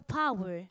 power